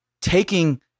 taking